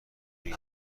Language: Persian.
این